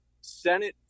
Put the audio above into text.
Senate